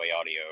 Audio